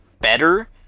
better